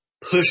push